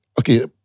okay